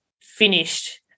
finished